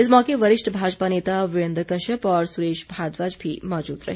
इस मौके वरिष्ठ भाजपा नेता वीरेन्द्र कश्यप और सुरेश भारद्वाज भी मौजूद रहे